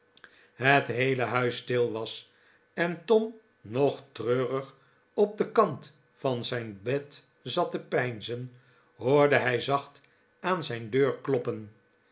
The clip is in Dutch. het heele huis stil was en tom nog treurig op den kant van zijn bed zat te peinzen hoorde hij zacht aan zijn deur kloppen